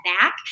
back